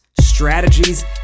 strategies